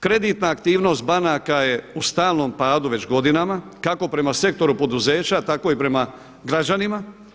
Kreditna aktivnost banaka je u stalnom padu već godinama, kako prema sektoru poduzeća tako i prema građanima.